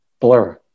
blur